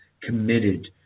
committed